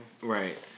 Right